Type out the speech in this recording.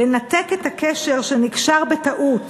לנתק את הקשר שנקשר בטעות